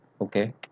Okay